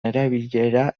erabilera